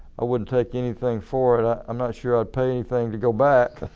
i wouldn't take anything for it, ah i'm not sure i'd pay anything to go back